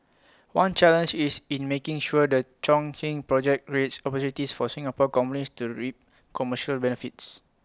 one challenge is in making sure the Chongqing project creates opportunities for Singapore companies to reap commercial benefits